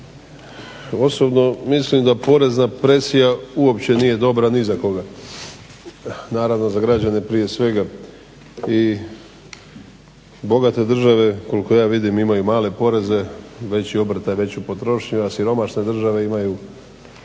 osobno mislim da porezna presija uopće nije dobra ni za koga. Naravno za građane prije svega i bogate države koliko ja vidim imaju male poreze, veći obrtaj, veću potrošnju, a siromašne države imaju